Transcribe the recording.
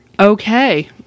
Okay